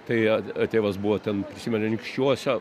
tai tėvas buvo ten prisimenu anykščiuose